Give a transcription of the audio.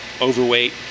overweight